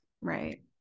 Right